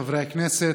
חברי הכנסת,